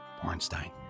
Bornstein